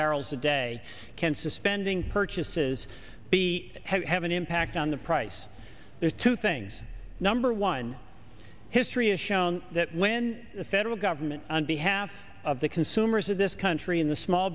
barrels a day can suspending purchases be have an impact on the price there are two things number one history is shown that when the federal government on behalf of the consumers of this country in the small